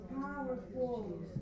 powerful